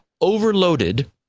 overloaded